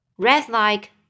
Red-like